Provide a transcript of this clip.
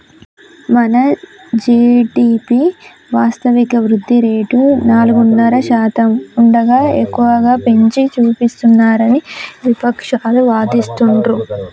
మన జీ.డి.పి వాస్తవిక వృద్ధి రేటు నాలుగున్నర శాతం ఉండగా ఎక్కువగా పెంచి చూపిస్తున్నారని విపక్షాలు వాదిస్తుండ్రు